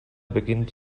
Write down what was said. beginnt